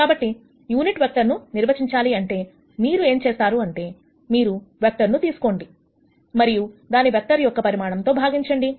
కాబట్టి unit vector ను నిర్వచించాలి అంటే మీరేం చేస్తారు అంటే మీరు వెక్టర్ ను తీసుకోండి మరియు దానిని వెక్టర్ యొక్క పరిమాణంతో భాగించండి